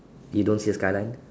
you don't see a skyline